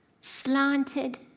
slanted